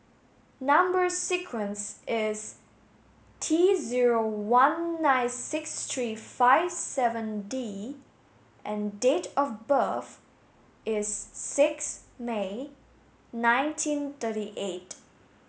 number sequence is T zero one nine six three five seven D and date of birth is six May nineteen thirty eight